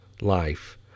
life